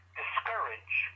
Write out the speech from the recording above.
discourage